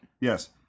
Yes